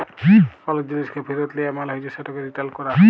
call জিলিসকে ফিরত লিয়া মালে হছে সেটকে রিটার্ল ক্যরা